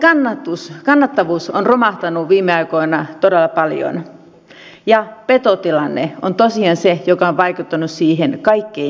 porotalouden kannattavuus on romahtanut viime aikoina todella paljon ja petotilanne on tosiaan se joka on vaikuttanut siihen kaikkein eniten